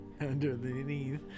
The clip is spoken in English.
Underneath